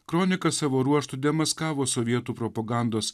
kronika savo ruožtu demaskavo sovietų propagandos